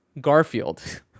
Garfield